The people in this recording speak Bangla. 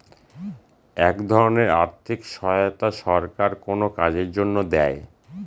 এক ধরনের আর্থিক সহায়তা সরকার কোনো কাজের জন্য দেয়